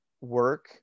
work